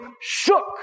shook